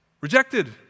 rejected